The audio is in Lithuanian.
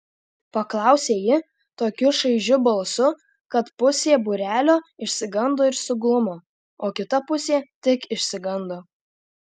paklausė ji tokiu šaižiu balsu kad pusė būrelio išsigando ir suglumo o kita pusė tik išsigando